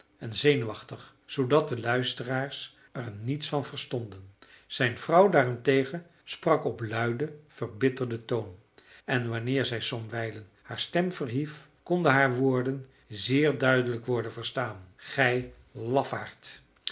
en zenuwachtig zoodat de luisteraars er niets van verstonden zijn vrouw daarentegen sprak op luiden verbitterden toon en wanneer zij somwijlen haar stem verhief konden haar woorden zeer duidelijk worden verstaan gij lafaard